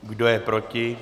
Kdo je proti?